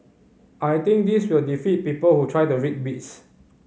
I think this will defeat people who try to rig bids